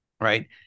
right